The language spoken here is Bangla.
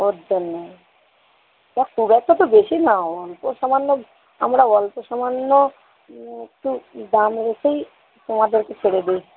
ওর জন্যই তা খুব একটা তো বেশি না অল্প সামান্য আমরা অল্প সামান্য একটু দাম রেখেই তোমাদেরকে ছেড়ে দেই